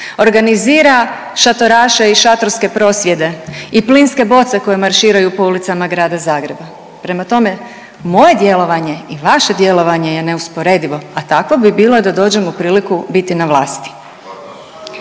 Organizira šatoraše i šatorske prosvjede i plinske boce koje marširaju po ulicama grada Zagreba, prema tome, moje djelovanje i vaše djelovanje je neusporedivo, a takvo bi bilo i da dođem u priliku biti na vlasti.